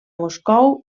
moscou